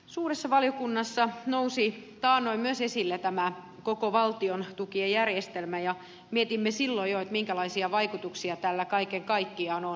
suuressa valiokunnassa nousi taannoin myös esille tämä koko valtiontukien järjestelmä ja mietimme jo silloin minkälaisia vaikutuksia tällä kaiken kaikkiaan on